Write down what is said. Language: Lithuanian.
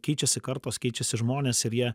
keičiasi kartos keičiasi žmonės ir jie